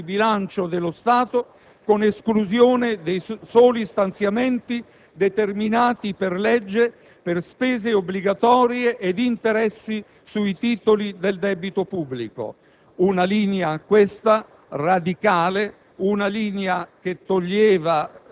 di tagli della spesa corrente del bilancio dello Stato, con esclusione dei soli stanziamenti determinati per legge per spese obbligatorie ed interessi sui titoli del debito pubblico. Una linea, questa, radicale,